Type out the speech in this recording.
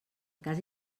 cas